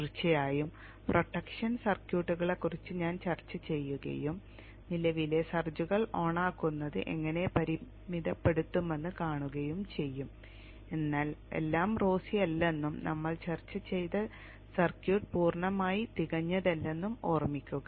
തീർച്ചയായും പ്രൊട്ടക്ഷൻ സർക്യൂട്ടുകളെക്കുറിച്ച് ഞാൻ ചർച്ച ചെയ്യുകയും നിലവിലെ സർജുകൾ ഓണാക്കുന്നത് എങ്ങനെ പരിമിതപ്പെടുത്തുമെന്ന് കാണുകയും ചെയ്യും എന്നാൽ എല്ലാം റോസി അല്ലെന്നും നമ്മൾ ചർച്ച ചെയ്ത സർക്യൂട്ട് പൂർണ്ണമായി തികഞ്ഞതല്ലെന്നും ഓർമ്മിക്കുക